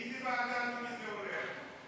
לאיזה ועדה זה הולך?